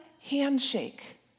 handshake